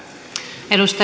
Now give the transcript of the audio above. arvoisa